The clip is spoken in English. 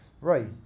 right